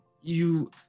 you-